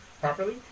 properly